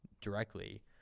directly